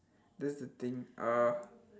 that's the thing uh